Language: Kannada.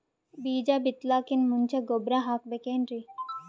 ಬೀಜ ಬಿತಲಾಕಿನ್ ಮುಂಚ ಗೊಬ್ಬರ ಹಾಕಬೇಕ್ ಏನ್ರೀ?